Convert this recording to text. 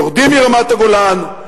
יורדים מרמת-הגולן,